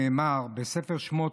נאמר בספר שמות,